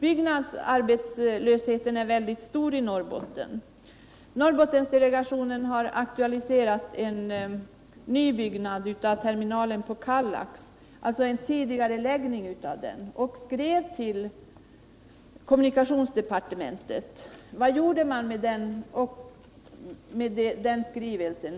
Byggnadsarbetslösheten är mycket stor i Norrbotten, och Norrbottendelegationen har aktualiserat en tidigareläggning av nybyggnaden av Kallaxterminalen och skrivit till kommunikationsdepartementet. Men vad gjorde man där med skrivelsen?